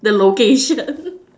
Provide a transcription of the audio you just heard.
the location